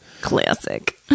Classic